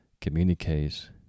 communicates